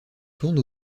tourne